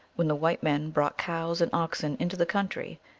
when the white men brought cows and oxen into the country,